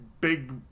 big